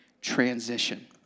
transition